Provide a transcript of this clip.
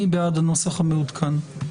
מי בעד הנוסח המעודכן?